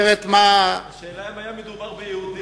אחרת, מה, השאלה היא האם מדובר ביהודי.